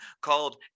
called